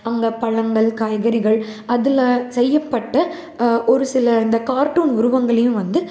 அங்கே பழங்கள் காய்கறிகள் அதில் செய்யப்பட்ட ஒரு சில இந்த கார்ட்டூன் உருவங்களையும் வந்து